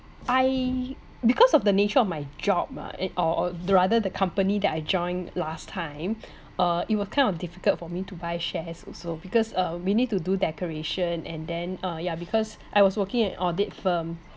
I because of the nature of my job ah or or the rather the company that I joined last time uh it was kind of difficult for me to buy shares also because uh we need to do declaration and then uh yeah because I was working at audit firm